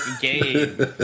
game